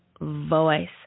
voice